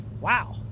wow